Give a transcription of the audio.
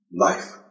life